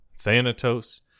Thanatos